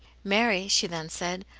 mary, she then said,